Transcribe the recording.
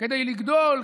כדי לגדול,